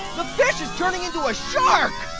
fish is turning into a shark.